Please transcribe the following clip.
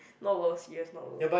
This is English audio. not worth serious not worth